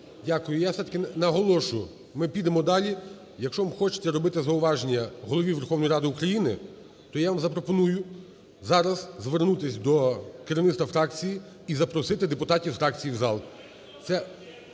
Дякую. Я все-таки наголошую: ми підемо далі. Якщо вам хочеться робити зауваження Голові Верховної Ради України, то я вам запропоную зараз звернутись до керівництва фракції і запросити депутатів фракції в зал,